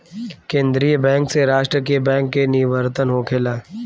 केंद्रीय बैंक से राष्ट्र के बैंक के निवर्तन होखेला